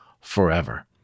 forever